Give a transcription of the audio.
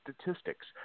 statistics